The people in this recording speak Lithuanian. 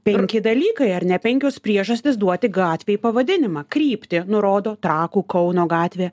penki dalykai ar ne penkios priežastys duoti gatvei pavadinimą kryptį nurodo trakų kauno gatvė